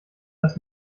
das